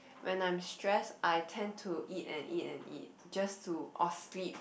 when I'm stress I tend to eat and eat and eat just to off sleep